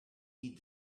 need